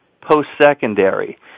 post-secondary